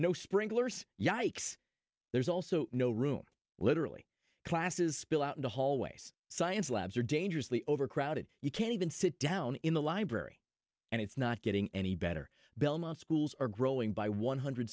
no sprinklers yikes there's also no room literally classes spill out in the hallways science labs are dangerously overcrowded you can't even sit down in the library and it's not getting any better belmont schools are growing by one hundred